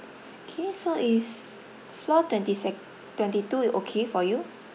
K so is floor twenty sec~ twenty two okay for you